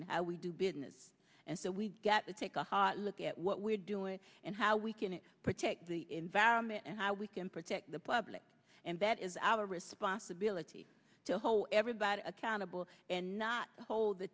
how we do business and so we get to take a look at what we're doing and how we can protect the environment and how we can protect the public and that is our responsibility to hold everybody accountable and not hold the